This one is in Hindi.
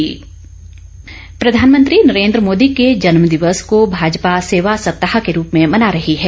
स्वच्छता अभियान प्रधानमंत्री नरेंद्र मोदी के जन्मदिवस को भाजपा सेवा सप्ताह के रूप में मना रही है